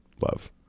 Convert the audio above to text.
love